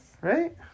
Right